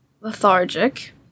lethargic